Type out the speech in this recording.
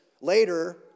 later